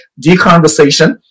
Deconversation